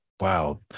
wow